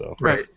Right